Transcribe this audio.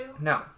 No